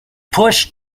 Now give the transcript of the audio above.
pushed